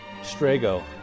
Strago